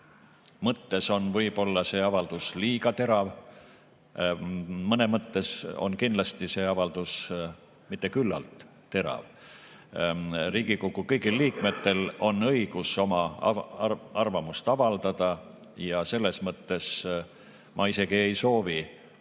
mõttes on võib-olla see avaldus liiga terav, mõne mõttes kindlasti ei ole see avaldus küllalt terav. Riigikogu kõigil liikmetel on õigus oma arvamust avaldada ja selles mõttes ma isegi ei soovi